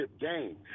game